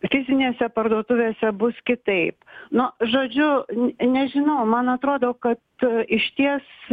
fizinėse parduotuvėse bus kitaip nu žodžiu n nežinau man atrodo kad tu išties